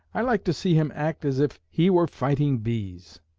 i like to see him act as if he were fighting bees